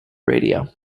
radio